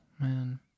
Man